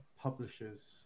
publishers